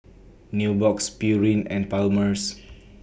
Nubox Pureen and Palmer's